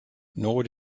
nor